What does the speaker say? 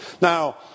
Now